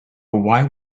why